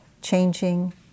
changing